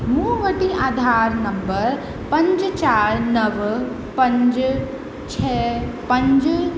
मूं वटि आधार नंबर पंज चार नव पंज छह पंज